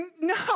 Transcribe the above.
no